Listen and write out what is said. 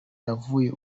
yavuye